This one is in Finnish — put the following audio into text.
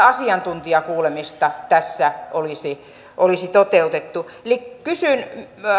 asiantuntijakuulemista tässä olisi olisi toteutettu eli kysyn